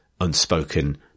unspoken